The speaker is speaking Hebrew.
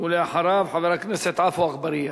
ולאחריו, חבר הכנסת עפו אגבאריה.